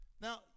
Now